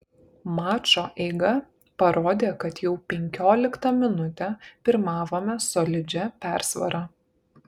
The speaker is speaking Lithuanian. mačo eiga parodė kad jau penkioliktą minutę pirmavome solidžia persvara